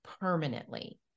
permanently